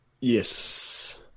Yes